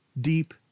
deep